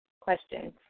Questions